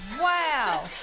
wow